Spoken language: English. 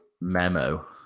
Memo